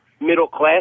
middle-class